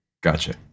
Gotcha